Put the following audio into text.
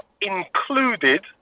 included